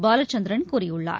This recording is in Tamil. பாலச்சந்திரன் கூறியுள்ளார்